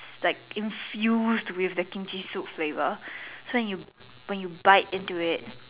was like infused with the Kimchi soup flavour so when when you bite into it